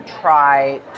try